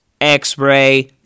X-Ray